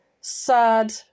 sad